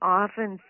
often